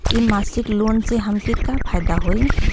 इ मासिक लोन से हमके का फायदा होई?